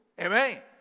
Amen